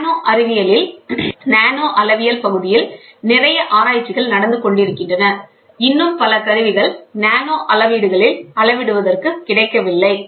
நானோ அளவியல் பகுதியில் நிறைய ஆராய்ச்சிகள் நடந்து கொண்டிருக்கின்றன இன்னும் பல கருவிகள் நானோ அளவீடுகளில் அளவிடுவதற்கு கிடைக்கவில்லை